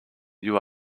you